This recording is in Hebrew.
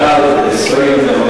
בעד, 20,